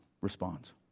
responds